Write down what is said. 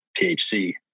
THC